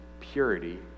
purity